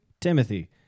Timothy